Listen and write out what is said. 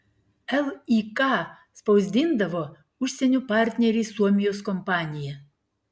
lik spausdindavo užsienio partneriai suomijos kompanija